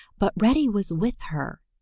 but reddy was with her,